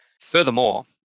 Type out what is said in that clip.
Furthermore